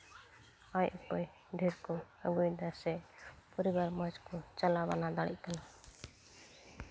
ᱟᱭ ᱩᱯᱟᱹᱭ ᱰᱷᱮᱨ ᱠᱚ ᱟᱹᱜᱩᱭᱫᱟ ᱥᱮ ᱯᱚᱨᱤᱵᱟᱨ ᱢᱚᱡᱽ ᱠᱚ ᱪᱟᱞᱟᱣ ᱵᱟᱱᱟ ᱫᱟᱲᱮᱭᱟᱜ ᱠᱟᱱᱟ